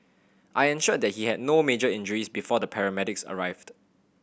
I ensured that he had no major injuries before the paramedics arrived